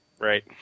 Right